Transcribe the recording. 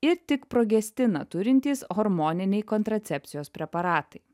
ir tik progestiną turintys hormoniniai kontracepcijos preparatai